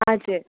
हजुर